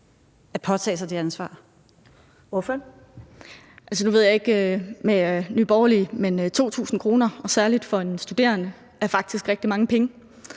Katrine Robsøe (RV): Ja, nu ved jeg ikke med Nye Borgerlige, men 2.000 kr., særlig for en studerende, er faktisk rigtig mange penge.